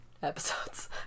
episodes